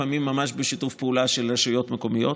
לפעמים ממש בשיתוף פעולה של רשויות מקומיות.